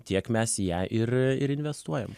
tiek mes į ją ir ir investuojam